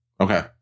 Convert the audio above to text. Okay